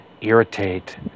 irritate